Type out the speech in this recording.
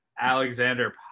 Alexander